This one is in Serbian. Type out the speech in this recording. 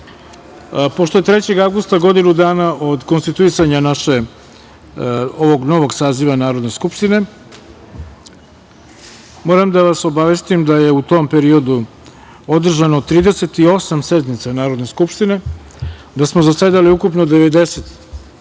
pošto je 3. avgusta godinu dana od konstituisanja ovog novog saziva Narodne skupštine, moram da vas obavestim da je u tom periodu održano 38 sednica Narodne skupštine, da smo zasedali ukupno 90 radnih